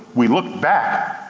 we looked back,